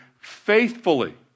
faithfully